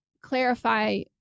clarify